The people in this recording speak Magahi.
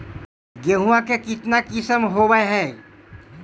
गेहूमा के कितना किसम होबै है?